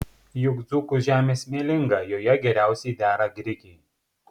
juk dzūkų žemė smėlinga joje geriausiai dera grikiai